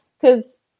because-